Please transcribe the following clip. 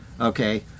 okay